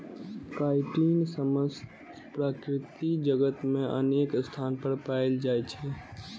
chitin समस्त प्रकृति जगत मे अनेक स्थान पर पाएल जाइ छै